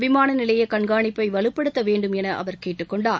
விமான நிலைய கண்காணிப்பை வலுப்படுத்த வேண்டும் என அவர் கேட்டுக் கொண்டார்